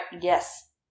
yes